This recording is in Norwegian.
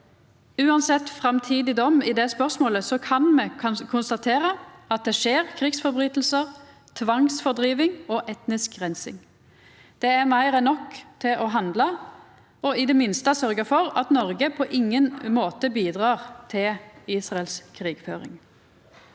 Uansett framtidig dom i det spørsmålet kan me konstatera at det skjer krigsbrotsverk, tvangsfordriving og etnisk reinsing. Det er meir enn nok til å handla og i det minste sørgja for at Noreg på ingen måte bidrar til Israels krigføring.